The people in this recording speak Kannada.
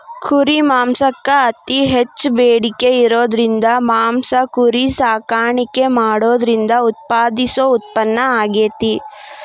ಕುರಿ ಮಾಂಸಕ್ಕ್ ಅತಿ ಹೆಚ್ಚ್ ಬೇಡಿಕೆ ಇರೋದ್ರಿಂದ ಮಾಂಸ ಕುರಿ ಸಾಕಾಣಿಕೆ ಮಾಡೋದ್ರಿಂದ ಉತ್ಪಾದಿಸೋ ಉತ್ಪನ್ನ ಆಗೇತಿ